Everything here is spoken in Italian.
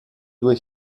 due